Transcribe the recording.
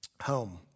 home